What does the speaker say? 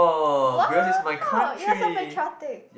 !wow! ya some very tragic